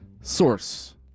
Source